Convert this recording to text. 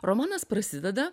romanas prasideda